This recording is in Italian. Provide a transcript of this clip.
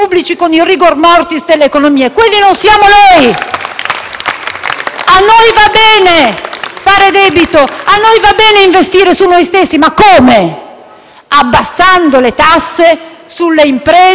A noi va bene fare debito, a noi va bene investire su noi stessi, ma come? Abbassando le tasse sulle imprese, sulle famiglie e sugli italiani nel complesso; questo non avviene